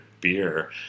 beer